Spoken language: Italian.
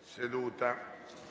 seduta.